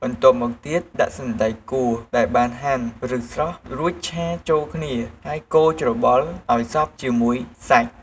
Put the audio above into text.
បន្ទាប់មកទៀត ដាក់សណ្ដែកគួរដែលបានហាន់ឬស្រុះ រួចឆាចូលគ្នាហើយកូរច្របល់ឱ្យសព្វជាមួយសាច់។